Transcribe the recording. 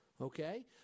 okay